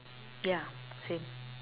ya same